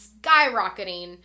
skyrocketing